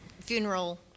funeral